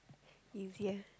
if you have